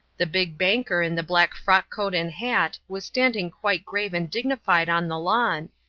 the big banker in the black frock-coat and hat was standing quite grave and dignified on the lawn,